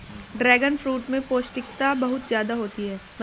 dragon fruit में पौष्टिकता बहुत ज्यादा होती है